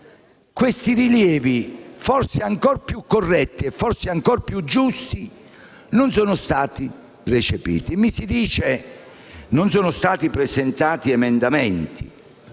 questi rilievi, forse ancora più corretti e più giusti, non sono stati recepiti. Mi si dice che non sono stati presentati emendamenti: